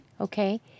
Okay